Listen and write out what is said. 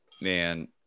man